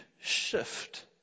shift